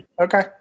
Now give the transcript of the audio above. Okay